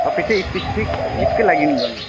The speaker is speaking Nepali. तपाईँ चाहिँ स्पेसिफिक यसकै लागि गर्नु